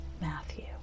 Matthew